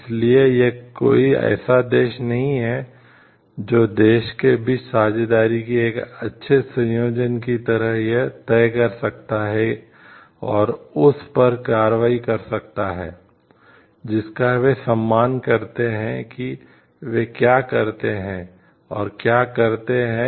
इसलिए यह कोई ऐसा देश नहीं है जो देशों के बीच साझेदारी के एक अच्छे संयोजन की तरह यह तय कर सकता है और उस पर कार्रवाई कर सकता है जिसका वे सम्मान करते हैं कि वे क्या करते हैं और क्या करते हैं